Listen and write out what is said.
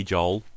Joel